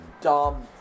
dumb